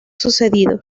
sucedido